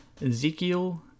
Ezekiel